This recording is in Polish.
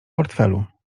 portfelu